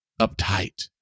uptight